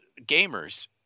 gamers